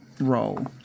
roll